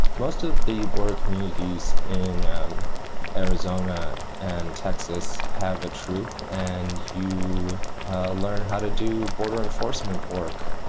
most of the border communities in arizona and texas have a troop and you learn how to do border enforcement work,